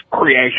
creation